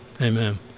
amen